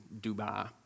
dubai